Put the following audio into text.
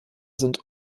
sind